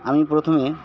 আমি প্রথমে